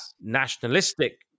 nationalistic